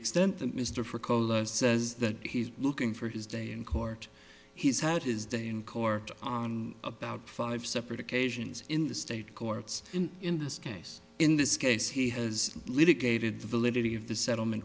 extent that mr for cola says that he's looking for his day in court he's had his day in court on about five separate occasions in the state courts in this case in this case he has litigated the validity of the settlement